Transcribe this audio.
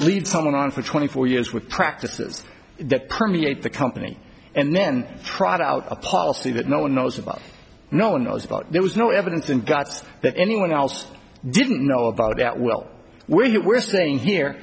someone on for twenty four years with practices that permeate the company and then trot out a policy that no one knows about no one knows about there was no evidence in guts that anyone else didn't know about that well where you were staying here